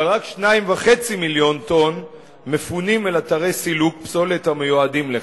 אבל רק 2.5 מיליון טונות מפונות אל אתרי סילוק פסולת המיועדים לכך.